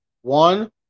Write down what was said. one